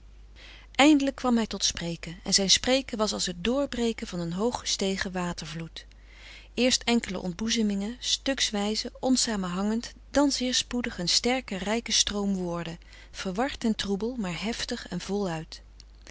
eindelijk kwam hij tot spreken en zijn spreken was als het doorbreken van een hooggestegen watervloed eerst enkele uitboezemingen stukswijze onsamenhangend dan zeer spoedig een sterke rijke stroom woorden verward en troebel maar heftig en voluit